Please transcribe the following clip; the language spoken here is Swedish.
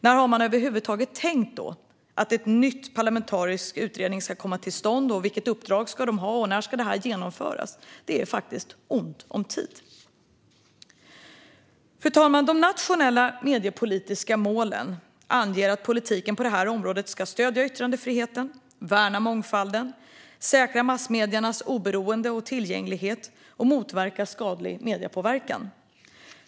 När har man över huvud taget tänkt att en ny parlamentarisk utredning ska komma till stånd? Vilket uppdrag ska en sådan ha, och när ska det genomföras? Det är faktiskt ont om tid. Fru talman! De nationella mediepolitiska målen anger att politiken på detta område ska stödja yttrandefriheten, värna mångfalden, säkra massmediernas oberoende och tillgänglighet samt motverka skadlig mediepåverkan.